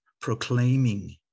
proclaiming